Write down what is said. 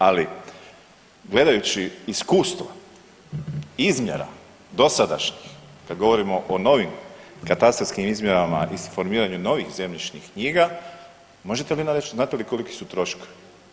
Ali gledajući iskustvo izmjera dosadašnjih kad govorimo o novim katastarskim izmjerama i formiranju novih zemljišnih knjiga možete li nam reći znate li koliki su troškovi.